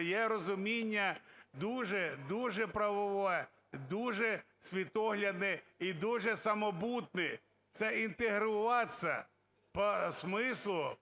Є розуміння дуже-дуже правове, дуже світоглядне і дуже самобутнє – це інтегруватися по смислу…